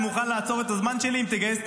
אני מוכן לעצור את הזמן שלי אם תגייס את